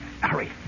Hurry